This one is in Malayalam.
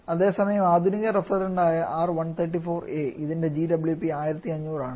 അതേസമയം ആധുനിക റെഫ്രിജറന്റ് ആയ R134aഅതിൻറെ GWP 1500 ആണ്